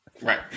Right